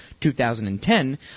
2010